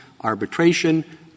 arbitration